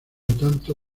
tanto